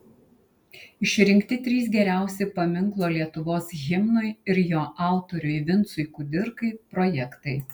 išrinkti trys geriausi paminklo lietuvos himnui ir jo autoriui vincui kudirkai projektai